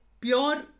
pure